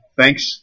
thanks